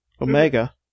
Omega